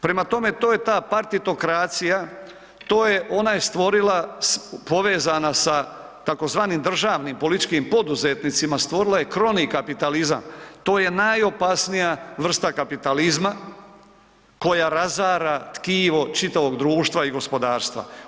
Prema tome to je ta partitokracija, to je, ona je stvorila povezana sa tzv. državnim političkim poduzetnicima, stvorila je kronikapitalizam, to je najopasnija vrsta kapitalizma, koja razara tkivo čitavog društva i gospodarstva.